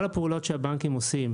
כל הפעולות שהבנקים עושים,